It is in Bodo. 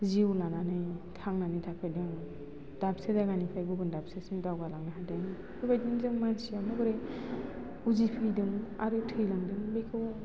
जिउ लानानै थांनानै थाफैदों दाबसे जायगानिफ्राइ गुबुन दाबसेसिम दावबायलांनो हादों बे बायदिनो मानसि माबोरै उजिफैदों आरो थैलांदों बेखौ